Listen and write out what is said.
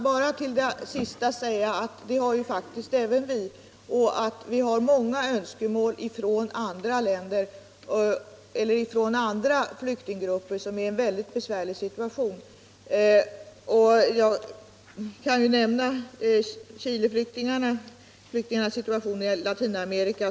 Herr talman! Får jag bara till det senaste säga att vi har många önskemål från andra flyktinggrupper som är i en väldigt besvärlig situation. Jag kan nämna Chileflyktingarna — flvktingarnas situation i Latinamerika.